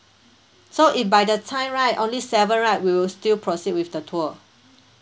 so if by the time right only seven right we will still proceed with the tour